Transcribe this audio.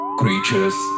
creatures